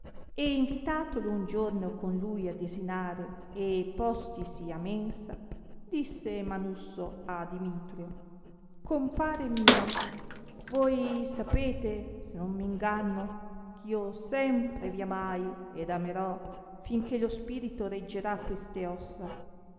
e invitatolo un giorno con lui a desinare e postisi a mensa disse manusso a dimitrio compare mio voi sapete se non m inganno eh io sempre vi amai ed amerò fin che lo spirito reggerà queste ossa